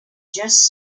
just